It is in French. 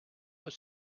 hot